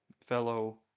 fellow